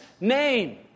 name